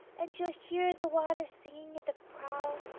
and you'll hear the water singing at the prow